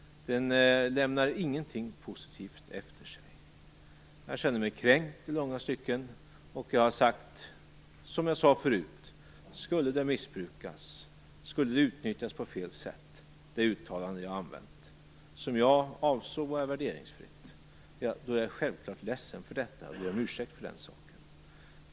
Den lämnar ingenting positivt efter sig. Jag känner mig kränkt i långa stycken, och jag har sagt att om mitt uttalande - som jag avsåg vara värderingsfritt - skulle missbrukas och utnyttjas på fel sätt är jag självfallet ledsen för detta och ber om ursäkt för den saken.